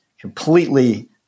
completely